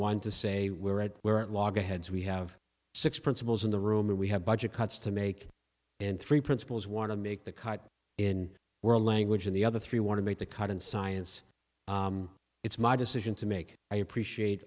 one to say we're at we're at loggerheads we have six principals in the room and we have budget cuts to make and three principles want to make the cut in we're language in the other three want to make the cut in science it's my decision to make i appreciate